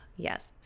Yes